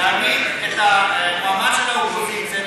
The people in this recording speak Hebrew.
להעמיד את המועמד של האופוזיציה,